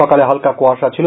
সকালে হালকা কুয়াশা ছিলো